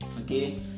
okay